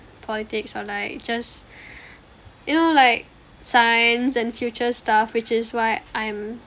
politics or like just you know like science and future stuff which is why I am